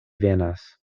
venas